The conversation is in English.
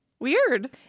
Weird